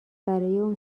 اون